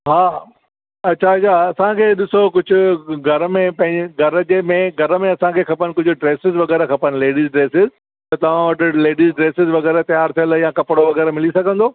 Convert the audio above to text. हा अच्छा अच्छा असां खे ॾिसो कुझु घर में पंहिंजे घर जे में घर में असां खे खपन कुझु ड्रेसिज़ वग़ैरह खपन लेडीज़ ड्रेसिज़ त तव्हां वटि लेडीज़ ड्रेसिज़ वग़ैरह तयार थियलु या कपड़ो वग़ैरह मिली सघंदो